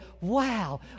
wow